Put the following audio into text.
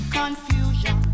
confusion